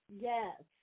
Yes